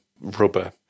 rubber